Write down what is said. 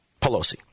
Pelosi